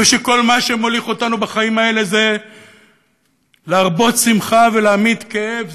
ושכל מה שמוליך אותנו בחיים האלה זה להרבות שמחה ולהמעיט כאב,